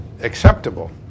acceptable